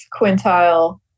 quintile